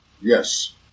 Yes